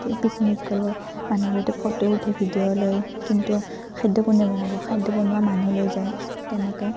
picnic গ'লে মানুহবোৰেতো photo উঠে ভিডিঅ' লয় কিন্তু খাদ্য কোনে বনাব খাদ্য বনোৱা মানুহ লৈ যায় তেনেকৈ